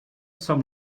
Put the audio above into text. some